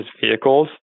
vehicles